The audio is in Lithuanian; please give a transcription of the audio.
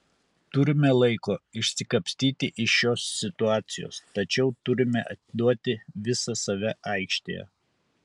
turime laiko išsikapstyti iš šios situacijos tačiau turime atiduoti visą save aikštėje